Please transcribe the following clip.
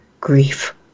grief